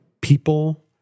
people